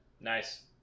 Nice